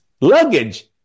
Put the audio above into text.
luggage